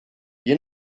you